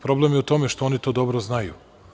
Problem je u tome što oni to dobro znaju.